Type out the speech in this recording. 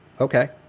Okay